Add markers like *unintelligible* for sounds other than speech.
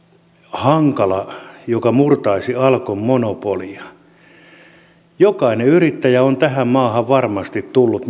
hankala asia joka murtaisi alkon monopolia jokainen yrittäjä on tähän maahan varmasti tullut *unintelligible*